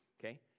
okay